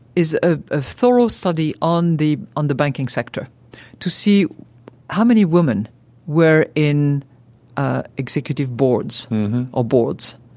is a ah thorough study on the on the banking sector to see how many women were in ah executive boards or boards.